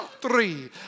three